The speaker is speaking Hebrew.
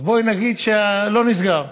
לא נסגר.